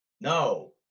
No